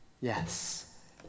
Yes